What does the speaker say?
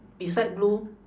beside blue